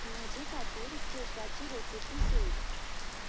म्हजे खातीर केकाची रेसिपी सोद